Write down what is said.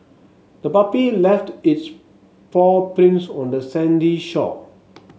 the puppy left its paw prints on the sandy shore